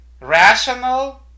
rational